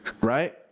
Right